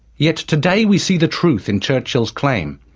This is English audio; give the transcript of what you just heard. yet today we see the truth in churchill's claim,